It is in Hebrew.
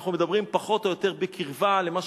אנחנו מדברים פחות או יותר בקרבה למה